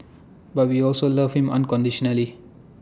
but we also love him unconditionally